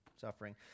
suffering